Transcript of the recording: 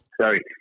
Sorry